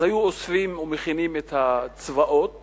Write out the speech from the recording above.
היו אוספים ומכינים את הצבאות